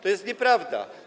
To jest nieprawda.